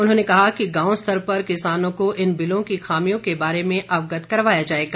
उन्होंने कहा कि गांव स्तर पर किसानों को इन बिलों की खामियों के बारे में अवगत करवाया जाएगा